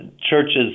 churches